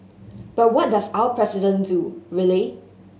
but what does our President do really